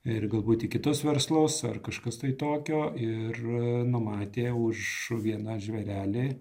ir galbūt į kitus verslus ar kažkas tai tokio ir numatė už viena žvėrelį